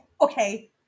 Okay